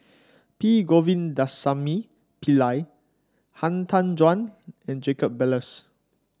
P Govindasamy Pillai Han Tan Juan and Jacob Ballas